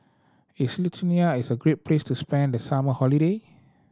is Lithuania a great place to spend the summer holiday